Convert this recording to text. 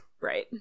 Right